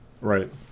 Right